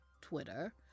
Twitter